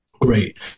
great